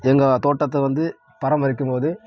எங்கள் தோட்டத்தை வந்து பராமரிக்கும்போது